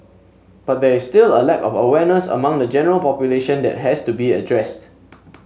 but there is still a lack of awareness among the general population that has to be addressed